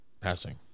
passing